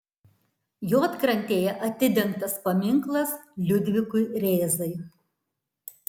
juodkrantėje atidengtas paminklas liudvikui rėzai